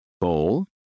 Bowl